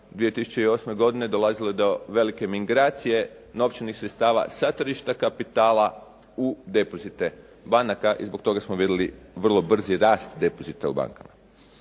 2008. godine dolazilo je do velike mingracije novčanih sredstava sa tržišta kapitala u depozite banaka i zbog toga smo mjerili vrlo brzi rast depozita u bankama.